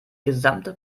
gesamte